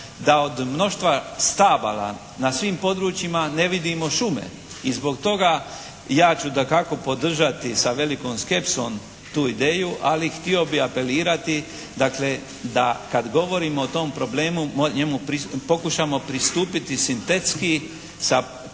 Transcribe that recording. da od mnoštva stabala na svim područjima ne vidimo šume. I zbog toga ja ću dakako podržati sa velikom skepsom tu ideju, ali htio bih apelirati dakle kad govorimo o tom problemu njemu pokušamo pristupiti sintetski sa pozicije